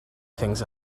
things